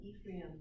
Ephraim